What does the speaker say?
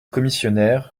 commissionnaire